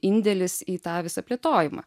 indėlis į tą visą plėtojimą